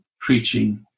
preaching